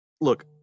look